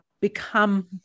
become